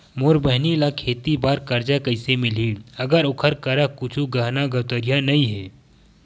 मोर बहिनी ला खेती बार कर्जा कइसे मिलहि, अगर ओकर करा कुछु गहना गउतरा नइ हे?